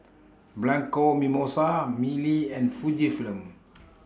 Bianco Mimosa Mili and Fujifilm